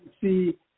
see